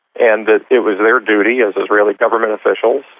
and that it was their duty, as israeli government officials,